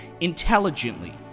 intelligently